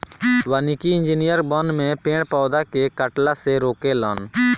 वानिकी इंजिनियर वन में पेड़ पौधा के कटला से रोके लन